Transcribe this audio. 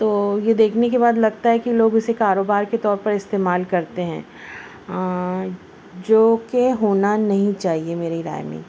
تو یہ دیکھنے کے بعد لگتا ہے کہ لوگ اسے کاروبار کے طور پر استعمال کرتے ہیں جو کہ ہونا نہیں چاہیے میری رائے میں